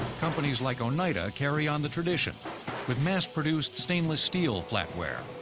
company's like oneida carry on the tradition with mass-produced stainless steel flatware,